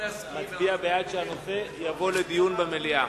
מצביע בעד שהנושא יבוא לדיון במליאה,